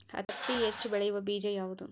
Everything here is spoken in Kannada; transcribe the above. ಹತ್ತಿ ಹೆಚ್ಚ ಬೆಳೆಯುವ ಬೇಜ ಯಾವುದು?